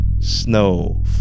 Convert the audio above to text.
Snow